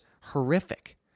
horrific